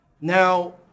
Now